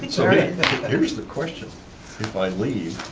here's the question if i leave,